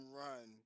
run